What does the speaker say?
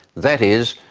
that is,